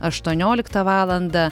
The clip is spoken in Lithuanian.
aštuonioliktą valandą